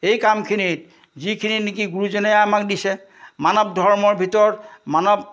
এই কামখিনিত যিখিনি নেকি গুৰুজনাই আমাক দিছে মানৱ ধৰ্মৰ ভিতৰত মানৱ